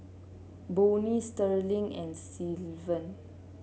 Bonnie Sterling and Sylvan